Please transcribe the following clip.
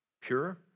pure